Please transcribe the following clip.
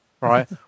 right